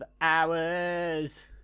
hours